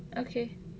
okay